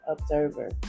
observer